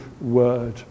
word